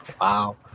Wow